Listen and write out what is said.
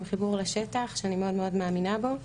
עם חיבור לשטח שאני מאוד מאוד מאמינה בו,